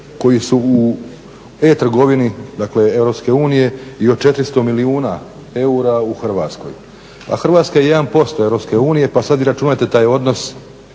koji su u e-trgovini dakle EU i o 400 milijuna eura u Hrvatskoj, a Hrvatska je 1% EU pa sada izračunajte taj odnos